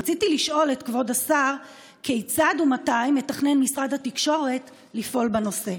רציתי לשאול את כבוד השר: כיצד ומתי מתכנן משרד התקשורת לפעול בנושא?